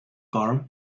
car